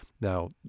Now